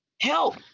help